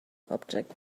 object